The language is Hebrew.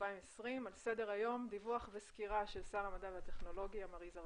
על סדר היום דיווח וסקירה של שר המדע והטכנולוגיה מר יזהר